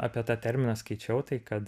apie tą terminą skaičiau tai kad